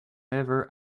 never